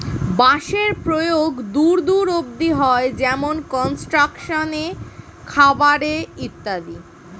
বাঁশের প্রয়োগ দূর দূর অব্দি হয়, যেমন কনস্ট্রাকশন এ, খাবার এ ইত্যাদি